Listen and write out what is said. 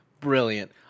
brilliant